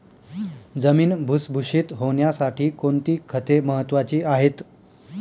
जमीन भुसभुशीत होण्यासाठी कोणती खते महत्वाची आहेत?